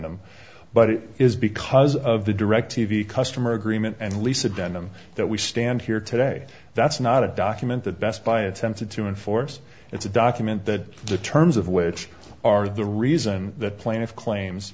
denim but it is because of the directv customer agreement and lisa denham that we stand here today that's not a document that best buy attempted to enforce it's a document that the terms of which are the reason the plaintiff claims